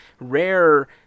rare